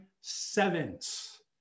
sevens